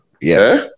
yes